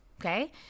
Okay